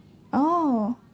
oh